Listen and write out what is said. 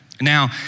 Now